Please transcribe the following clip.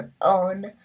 on